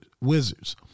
Wizards